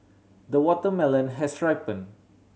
the watermelon has ripened